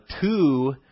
two